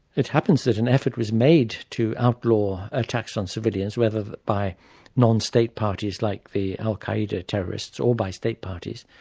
it happens that an effort was made to outlaw attacks on civilians, whether by non-state parties like the al-qa'eda terrorists or by state parties,